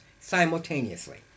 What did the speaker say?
simultaneously